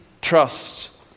trust